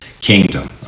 kingdom